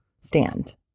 stand